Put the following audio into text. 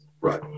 Right